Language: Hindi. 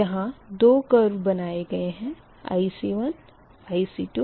यहाँ दो कर्व बनाए गए है IC1 IC2